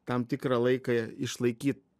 tam tikrą laiką išlaikyt